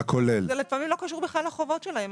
זה לפעמים לא קשור בכלל לחובות שלהם.